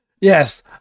Yes